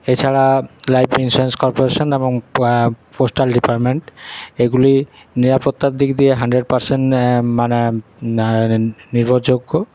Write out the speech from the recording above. এছাড়া life insurance corporation এবং postal department এগুলি নিরাপত্তার দিক দিয়ে হান্ড্রেড পারসেন্ট মানে নির্ভরযোগ্য